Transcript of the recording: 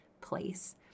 place